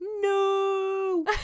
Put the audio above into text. No